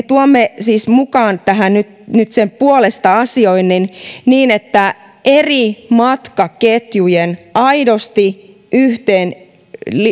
tuomme siis mukaan tähän nyt nyt sen puolesta asioinnin niin että eri matkaketjujen aidosti yhteen